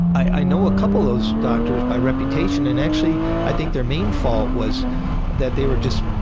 i know a couple of those doctors by reputation and actually i think their main fault was that they were just